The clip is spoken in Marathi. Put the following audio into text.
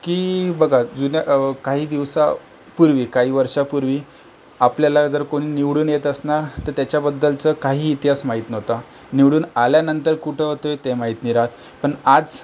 की बघा जुन्या काही दिवसापूर्वी काही वर्षापूर्वी आपल्याला जर कोणी निवडून येत असणार तर त्याच्याबद्दलचा काही इतिहास माहीत नव्हता निवडून आल्यानंतर कुठं होते ते माहीत नाही राहत पण आज